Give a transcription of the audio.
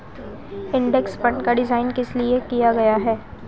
Index fund का design किस लिए किया गया है?